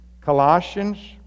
Colossians